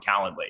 Calendly